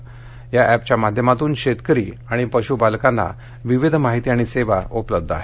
या पश्संजीवनी एपच्या माध्यमातुन शेतकरी आणि पश्पालकांना विविध माहिती आणि सेवा उपलब्ध आहेत